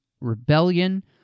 Rebellion